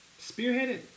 spearheaded